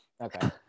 Okay